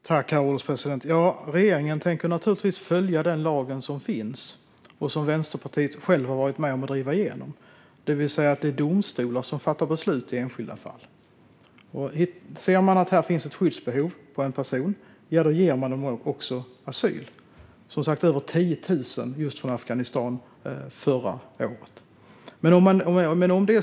Herr ålderspresident! Regeringen tänker naturligtvis följa den lag som finns och som Vänsterpartiet självt har varit med om att driva igenom, det vill säga att det är domstolar som fattar beslut i enskilda fall. Ser man att det finns ett skyddsbehov för en person ger man också asyl. Det var som sagt över 10 000 personer från just Afghanistan som fick asyl förra året.